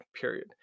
period